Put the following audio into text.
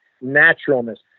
naturalness